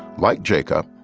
like jacob,